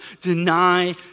Deny